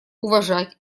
уважать